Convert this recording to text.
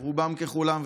רובם ככולם,